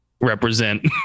represent